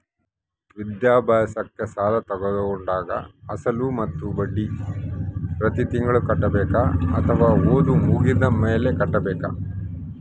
ವಿದ್ಯಾಭ್ಯಾಸಕ್ಕೆ ಸಾಲ ತೋಗೊಂಡಾಗ ಅಸಲು ಮತ್ತೆ ಬಡ್ಡಿ ಪ್ರತಿ ತಿಂಗಳು ಕಟ್ಟಬೇಕಾ ಅಥವಾ ಓದು ಮುಗಿದ ಮೇಲೆ ಕಟ್ಟಬೇಕಾ?